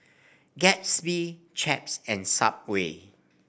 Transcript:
Gatsby Chaps and Subway